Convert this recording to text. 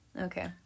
Okay